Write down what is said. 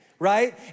right